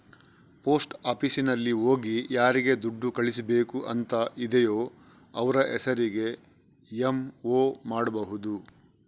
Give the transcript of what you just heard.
post ಆಫೀಸಿನಲ್ಲಿ ಹೋಗಿ ಯಾರಿಗೆ ದುಡ್ಡು ಕಳಿಸ್ಬೇಕು ಅಂತ ಇದೆಯೋ ಅವ್ರ ಹೆಸರಿಗೆ ಎಂ.ಒ ಮಾಡ್ಬಹುದು